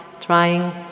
trying